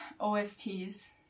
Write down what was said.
osts